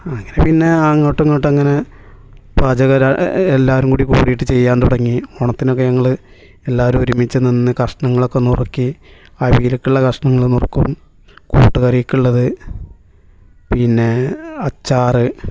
അങ്ങനെ പിന്നെ അങ്ങോട്ടും ഇങ്ങോട്ടും അങ്ങനെ പാചകം എല്ലാവരും കൂടി കൂടിയിട്ട് ചെയ്യാൻ തുടങ്ങി ഓണത്തിന് ഒക്കെ ഞങ്ങൾ എല്ലാവരും ഒരുമിച്ച് നിന്ന് കഷണങ്ങൾ ഒക്കെ നുറുക്കി അവിയൽക്കുള്ള കഷണങ്ങൾ ഒക്കെ നുറുക്കും കൂട്ടുക്കറിക്കുള്ളത് പിന്നെ അച്ചാറ്